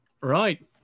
Right